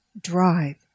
Drive